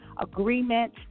agreement